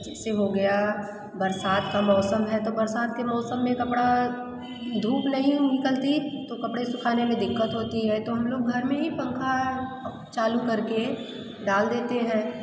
जैसे हो गया बरसात का मौसम है तो बरसात के मौसम में कपड़ा धूप नहीं निकलती तो कपड़े सुखाने में दिक्कत होती है तो हम लोग घर में ही पंखा चालू करके डाल देते हैं